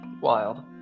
Wild